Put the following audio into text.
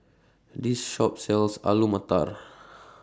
This Shop sells Alu Matar